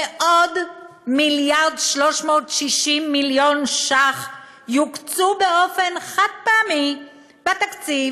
עוד מיליארד ו-360 מיליון ש"ח יוקצו באופן חד-פעמי בתקציב